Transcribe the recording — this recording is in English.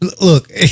look